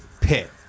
pit